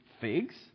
figs